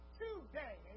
today